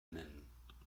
nennen